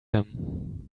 him